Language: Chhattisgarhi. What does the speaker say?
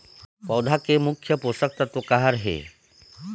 पौधा के मुख्य पोषकतत्व का हर हे?